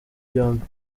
byombi